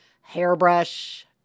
hairbrush